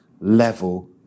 level